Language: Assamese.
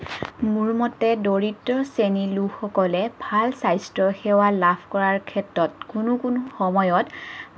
মোৰ মতে দৰিদ্ৰ শ্ৰেণীৰ লোকসকলে ভাল স্বাস্থ্য সেৱা লাভ কৰাৰ ক্ষেত্ৰত কোনো কোনো সময়ত